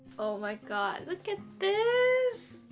oh my god look at this.